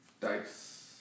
dice